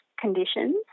conditions